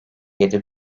yedi